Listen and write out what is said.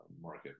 market